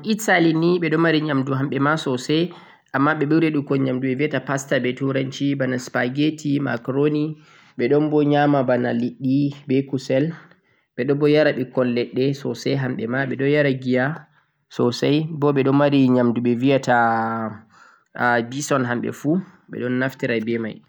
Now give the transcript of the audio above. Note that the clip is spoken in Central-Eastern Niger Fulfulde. am Italy ni ɓe ɗon mari nyamdu hamɓe ma sosai, amma ɓe ɓuri yiɗugo nyamdu ɓe viyata pasta be turanci, bana; suppergetti ,macaroni, ɓe ɗon bo nyama bana liɗɗi, be kusel, ɓe ɗo yara ɓikkoi leɗɗe sosai hamɓe ma ɓe ɗo yara giya sosai bo ɓeɗo mari nyamdu ɓe viyata bisol hamɓe fu ɓe ɗo naftira be mai.